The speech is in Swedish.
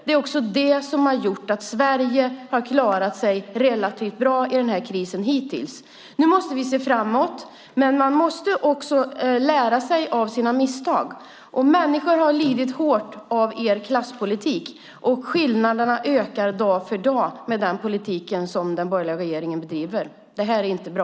Det är det som har gjort att Sverige hittills klarat sig relativt bra i denna kris. Nu måste vi se framåt. Man måste lära sig av sina misstag. Människor har lidit svårt av den borgerliga klasspolitiken, och skillnaderna ökar dag för dag på grund av den politik som den borgerliga regeringen bedriver. Det är inte bra.